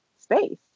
space